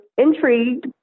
intrigued